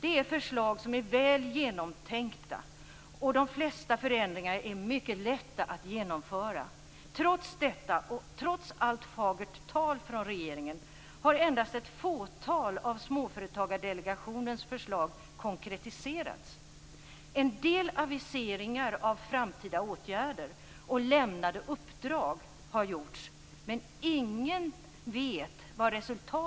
Det är förslag som är väl genomtänkta. De flesta förändringarna är det mycket lätt att genomföra. Trots allt fagert tal från regeringen har endast ett fåtal av Småföretagsdelegationens förslag konkretiserats. En del aviseringar om framtida åtgärder och lämnade uppdrag har gjorts men ingen vet vad resultatet